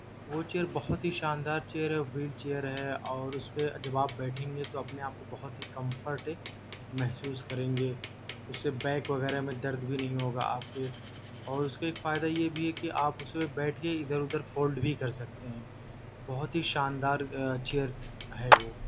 وہ چیئر بہت ہی شاندار چیئر ہے ویل چیئر ہے اور اس پہ جب آپ بیٹھیں گے تو اپنے آپ کو بہت ہی کمفرٹ ہے محسوس کریں گے اس سے بیک وغیرہ میں درد بھی نہیں ہوگا آپ کے اور اس کے ایک فائدہ یہ بھی ہے کی آپ اس پہ بیٹھیے اِدھر اُدھر فولڈ بھی کر سکتے ہیں بہت ہی شاندار چیئر ہے وہ